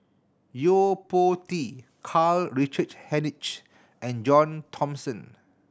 Yo Po Tee Karl Richard Hanitsch and John Thomson